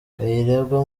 kayirebwa